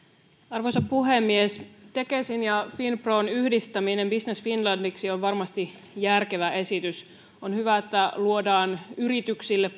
arvoisa puhemies tekesin ja finpron yhdistäminen business finlandiksi on varmasti järkevä esitys on hyvä että luodaan yrityksille